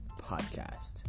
Podcast